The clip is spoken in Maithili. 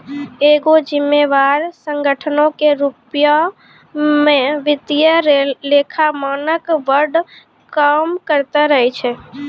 एगो जिम्मेवार संगठनो के रुपो मे वित्तीय लेखा मानक बोर्ड काम करते रहै छै